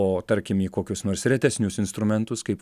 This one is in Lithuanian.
o tarkim į kokius nors retesnius instrumentus kaip